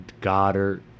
Goddard